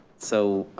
so,